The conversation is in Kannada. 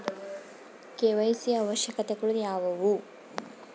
ಕೆ.ವೈ.ಸಿ ಅವಶ್ಯಕತೆಗಳು ಯಾವುವು?